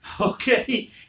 okay